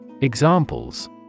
Examples